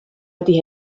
die